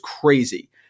crazy